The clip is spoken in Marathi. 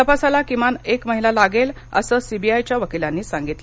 तपासाला किमान महिना लागेल असं सीबीआयच्या वकिलांनी सांगितलं